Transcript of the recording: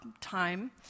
time